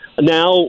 Now